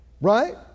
right